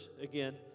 again